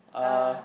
uh